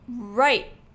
right